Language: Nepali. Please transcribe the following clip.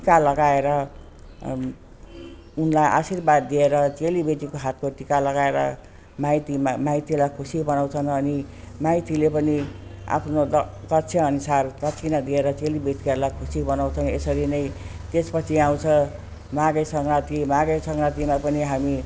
टिका लगाएर उनलाई आशीर्वाद दिएर चेलीबेटीको हातको टिका लगाएर माइतीमा माइतीलाई खुसी बनाउँछन् अनि माइतीले पनि आफ्नो द दक्ष अनुसार दक्षिणा दिएर चेलीबेटीलाई खुसी बनाउँछन् यसरी नै त्यस पछि आउँछ माघे सग्राँती माघे सग्राँतीमा पनि हामी